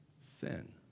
Sin